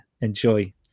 enjoy